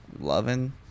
loving